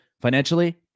financially